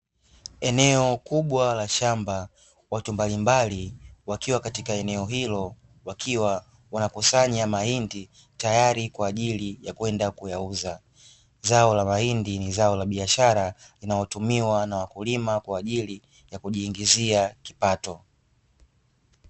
Èneo kubwa la shamba, watu mbalimbali wakiwa katika eneo hilo wakiwa wanakusanya mahindi tayari kwa ajili ya kwenda kuyauza. Zao la mahindi ni zao la biashara linalotumiwa na wakulima kwa ajili ya kujiingizia kipato.